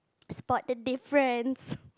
spot the difference